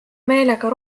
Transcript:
meelega